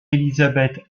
elisabeth